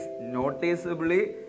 noticeably